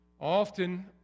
Often